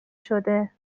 شده